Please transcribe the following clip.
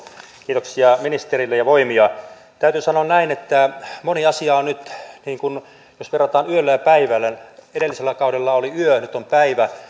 kiitoksia ministerille ja voimia täytyy sanoa näin että moni asia on nyt niin kuin jos verrataan yöllä ja päivällä edellisellä kaudella oli yö nyt on päivä